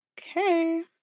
Okay